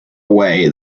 away